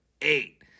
eight